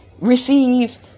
receive